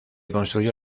construyó